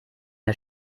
der